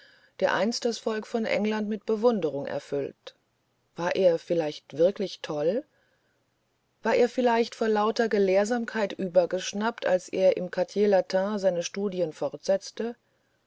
der einst das volk von england mit bewunderung erfüllt war er vielleicht wirklich toll war er vielleicht vor lauter gelehrsamkeit übergeschnappt als er im quartier latin seine studien fortsetzte